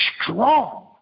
strong